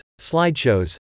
slideshows